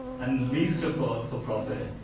and least of all for profit,